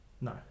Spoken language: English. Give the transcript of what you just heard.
No